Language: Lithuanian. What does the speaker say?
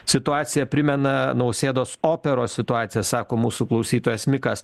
situacija primena nausėdos operos situaciją sako mūsų klausytojas mikas